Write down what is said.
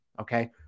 Okay